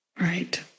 right